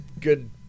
good